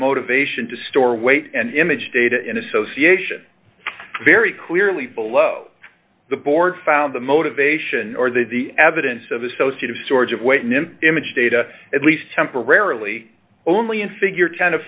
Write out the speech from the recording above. motivation to store weight and image data in association very clearly below the board found the motivation or the evidence of associate of storage of weight in image data at least temporarily only in figure ten